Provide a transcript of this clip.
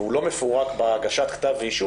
והוא לא מפורק בהגשת כתב אישום,